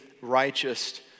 righteous